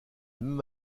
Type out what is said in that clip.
même